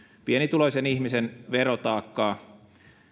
pienituloisen ihmisen verotaakkaa